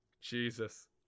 Jesus